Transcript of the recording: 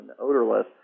odorless